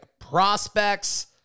Prospects